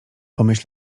pomyś